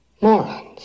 morons